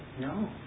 No